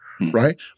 Right